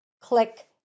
click